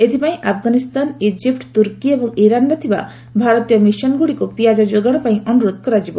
ଏଥିପାଇଁ ଆଫଗାନିସ୍ତାନ ଇଜିପ୍ଟ୍ ତୁର୍କୀ ଏବଂ ଇରାନ୍ରେ ଥିବା ଭାରତୀୟ ମିଶନ୍ଗୁଡ଼ିକୁ ପିଆଜ ଯୋଗାଣ ପାଇଁ ଅନୁରୋଧ କରାଯିବ